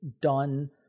done